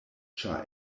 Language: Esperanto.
ĉar